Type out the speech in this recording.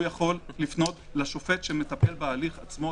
הוא יכול לפנות לשופט שמטפל בהליך עצמו.